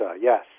yes